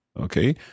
Okay